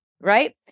right